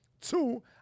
Two